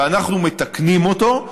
ואנחנו מתקנים אותו,